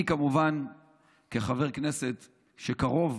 אני כחבר כנסת שקרוב